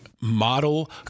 model